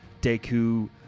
Deku